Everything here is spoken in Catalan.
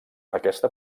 aquesta